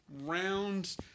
round